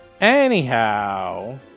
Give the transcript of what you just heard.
Anyhow